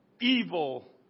evil